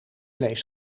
lees